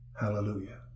Hallelujah